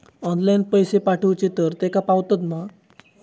Online पैसे पाठवचे तर तेका पावतत मा?